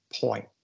point